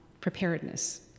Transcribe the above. preparedness